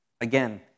Again